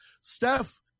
Steph